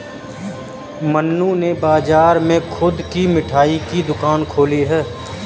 मन्नू ने बाजार में खुद की मिठाई की दुकान खोली है